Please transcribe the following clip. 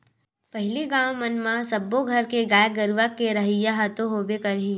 पहिली गाँव मन म सब्बे घर म गाय गरुवा के रहइ ह तो होबे करही